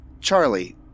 Charlie